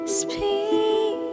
speak